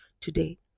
today